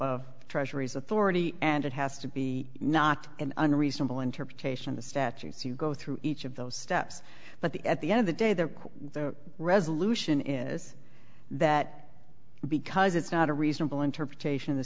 of treasury's authority and it has to be not an unreasonable interpretation of the statutes you go through each of those steps but the at the end of the day the resolution is that because it's not a reasonable interpretation